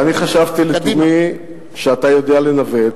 ואני חשבתי לתומי שאתה יודע לנווט.